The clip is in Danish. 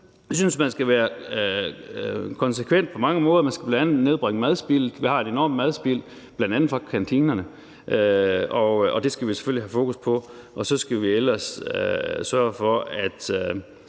Vi synes, man skal være konsekvent på mange måder. Man skal bl.a. nedbringe madspild. Vi har et enormt madspild, bl.a. fra kantinerne, og det skal vi selvfølgelig have fokus på. Og så skal vi ellers sørge for, at